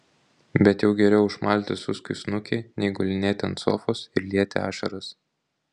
bet jau geriau išmalti suskiui snukį nei gulinėti ant sofos ir lieti ašaras